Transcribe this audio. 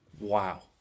Wow